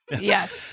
Yes